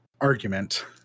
argument